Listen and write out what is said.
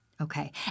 Okay